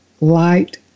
light